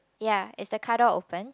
ya it's the car door open